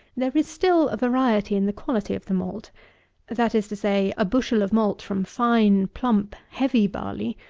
there is still a variety in the quality of the malt that is to say, a bushel of malt from fine, plump, heavy barley,